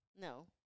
no